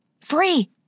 Free